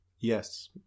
Yes